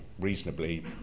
reasonably